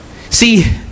See